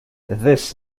this